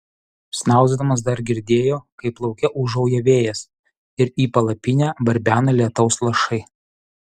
snausdamas dar girdėjo kaip lauke ūžauja vėjas ir į palapinę barbena lietaus lašai